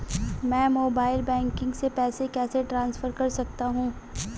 मैं mobile banking से पैसे कैसे ट्रांसफर कर सकता हूं?